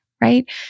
right